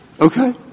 Okay